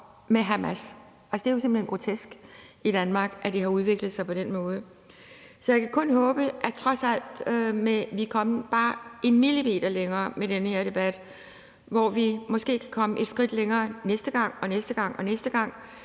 det er jo simpelt hen grotesk, at det i Danmark har udviklet sig på den måde. Så jeg kan kun håbe, at vi trods alt er kommet bare en millimeter længere med den her debat, og at vi måske også kan komme et skridt længere næste gang og næste gang igen.